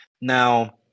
Now